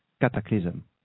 cataclysm